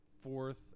fourth